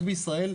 רק בישראל,